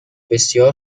بسیار